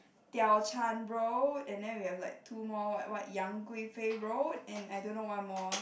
Diao-Chan road and then we have like two more what what Yang-Gui-fei road and I don't know what more